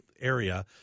area